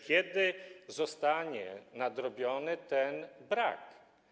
Kiedy zostanie nadrobiony ten brak?